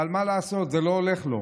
אבל מה לעשות, זה לא הולך לו.